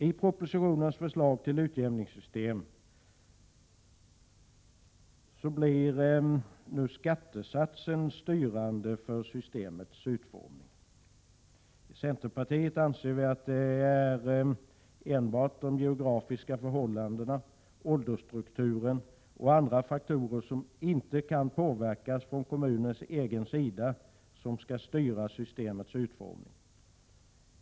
I propositionens förslag till utjämningssystem blir nu skattesatsen styrande för systemets utformning. I centerpartiet anser vi att enbart de geografiska förhållandena, åldersstrukturen och andra faktorer, som inte kan påverkas från kommunens egen sida, skall styra systemets utformning.